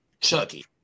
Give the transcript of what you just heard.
Chucky